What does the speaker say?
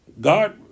God